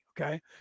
okay